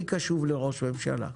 אני קשוב לראש הממשלה.